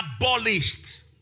abolished